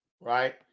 right